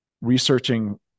researching